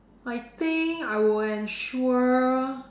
I think I will ensure